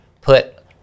put